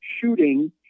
shooting